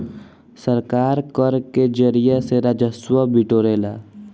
सरकार कर के जरिया से राजस्व बिटोरेला